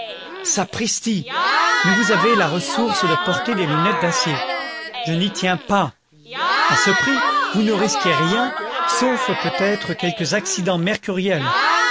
sapristi mais vous avez la ressource de porter des lunettes d'acier je n'y tiens pas content from google book search generated at a ce prix vous ne risquez rien sauf peutêtre quelques accidents mercuriels